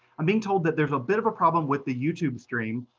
i'm being told that there's a bit of a problem with the youtube stream.